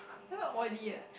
then very oily eh